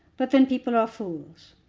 but then people are fools.